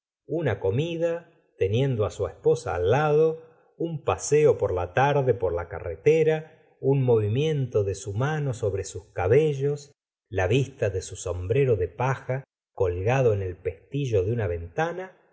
una comida teniendo su esposa al lado un paseo por la tarde por la carretera un movimiento de su mano sobre sus cabellos la vista de su sombrero de paja colgado en el pestillo de una ventana